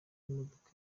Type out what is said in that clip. imodoka